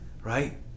right